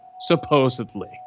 supposedly